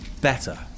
Better